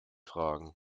fragen